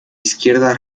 izquierda